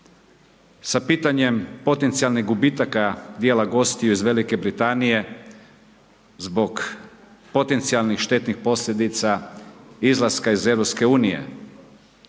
sa pitanjem potencijalnih gubitaka dijela gostiju iz Velike Britanije zbog potencijalnih štetnih posljedica izlaska iz EU. Da li